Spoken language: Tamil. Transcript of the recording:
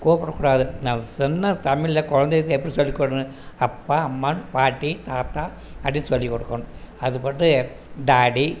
கூப்பிடக்கூடாது சொன்னால் தமிழில் குழந்தைகளுக்கு எப்படி சொல்லிக்கொடுக்கணும் அப்பா அம்மா பாட்டி தாத்தா அப்படின்னு சொல்லிக்கொடுக்கணும் அதுபட்டு டாடி